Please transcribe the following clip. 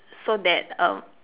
so that uh